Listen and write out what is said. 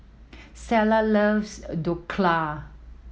Stella loves Dhokla